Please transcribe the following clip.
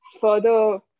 further